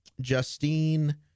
Justine